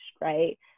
right